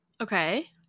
Okay